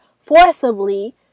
forcibly